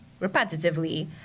repetitively